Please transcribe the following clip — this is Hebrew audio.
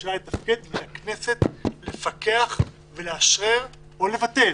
לממשלה לתפקד ולכנסת לפקח ולאשרר, או לבטל